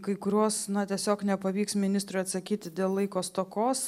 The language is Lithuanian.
kai kuriuos na tiesiog nepavyks ministre atsakyti dėl laiko stokos